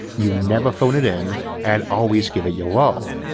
you never phone it in and always give it your all,